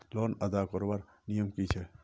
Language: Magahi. लोन अदा करवार नियम की छे?